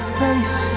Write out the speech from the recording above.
face